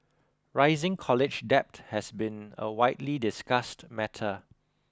rising college debt has been a widely discussed matter